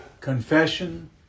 Confession